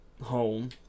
home